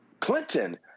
Clinton